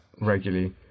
regularly